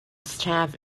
staff